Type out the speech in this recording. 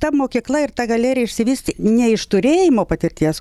ta mokykla ir ta galerija išsivystė ne iš turėjimo patirties